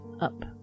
up